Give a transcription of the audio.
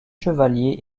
chevaliers